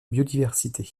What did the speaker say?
biodiversité